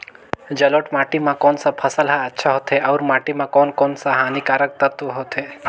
जलोढ़ माटी मां कोन सा फसल ह अच्छा होथे अउर माटी म कोन कोन स हानिकारक तत्व होथे?